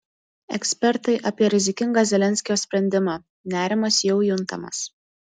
ekspertai apie rizikingą zelenskio sprendimą nerimas jau juntamas